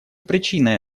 причина